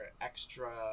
extra